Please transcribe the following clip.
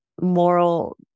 moral